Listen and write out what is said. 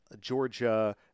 Georgia